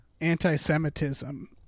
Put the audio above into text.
anti-Semitism